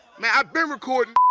ah been recording.